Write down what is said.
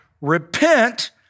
repent